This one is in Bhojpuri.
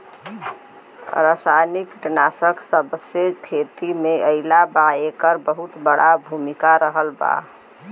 रासायनिक कीटनाशक जबसे खेती में आईल बा येकर बहुत बड़ा भूमिका रहलबा